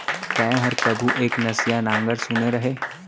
तैंहर कभू एक नसिया नांगर सुने रहें?